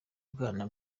bwana